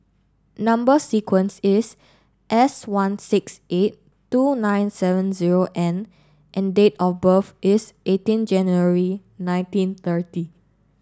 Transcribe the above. number sequence is S one six eight two nine seven zero N and date of birth is eighteen January nineteen thirty